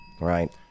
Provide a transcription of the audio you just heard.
Right